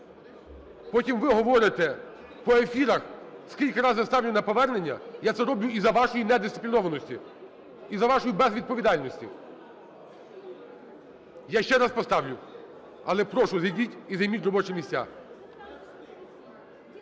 потім ви говорите по ефірах, скільки раз я ставлю на повернення. Я це роблю із-за вашої недисциплінованості, із-за вашої безвідповідальності. Я ще раз поставлю, але прошу, зайдіть і займіть робочі місця.